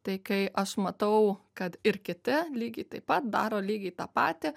tai kai aš matau kad ir kiti lygiai taip pat daro lygiai tą patį